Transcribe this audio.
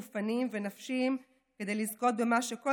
גופניים ונפשיים כדי לזכות במה שכל